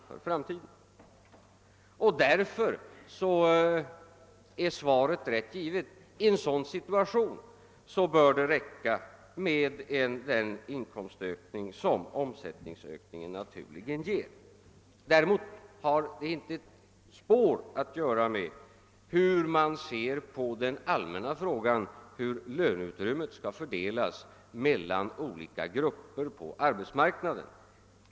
Därför är mitt svar rätt givet: I en sådan situation bör det räcka med den inkomstförbättring som ökande omsättning naturligen ger. Däremot har det inte ett spår att göra med hur man ser på den allmänna frågon om hur löneutrymmet skall fördelas mellan olika grupper på arbetsmarknaden.